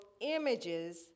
images